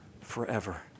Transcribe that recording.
forever